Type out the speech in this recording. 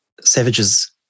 Savage's